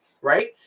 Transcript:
right